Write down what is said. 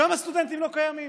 שם הסטודנטים לא קיימים.